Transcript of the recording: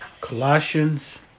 Colossians